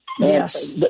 Yes